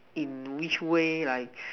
in which way like